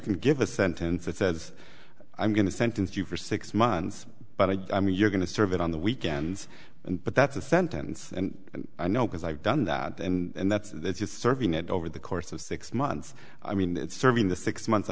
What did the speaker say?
can give a sentence that says i'm going to sentence you for six months but i mean you're going to serve it on the weekends and but that's a sentence i know because i've done that and that's just serving it over the course of six months i mean it's serving the six months